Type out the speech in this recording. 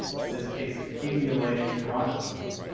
in this case, accumulating carotenoids,